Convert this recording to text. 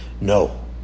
No